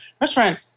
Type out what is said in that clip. Restaurant